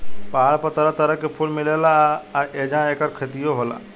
पहाड़ पर तरह तरह के फूल मिलेला आ ऐजा ऐकर खेतियो होला